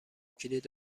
کلید